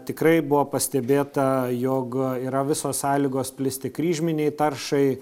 tikrai buvo pastebėta jog yra visos sąlygos plisti kryžminei taršai